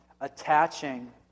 attaching